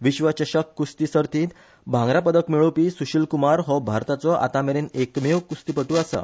विश्व चषक कुस्ती सर्तीत भांगरापदक मेळोवपी सुशिल कुमार हो भारताचो आतामेरेन एकमेव कुस्तीप्ट्र आसा